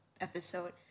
episode